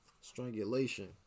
strangulation